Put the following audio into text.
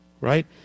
Right